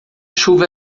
chuva